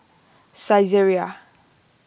Saizeriya